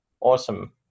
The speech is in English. awesome